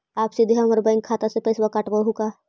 आप सीधे हमर बैंक खाता से पैसवा काटवहु का?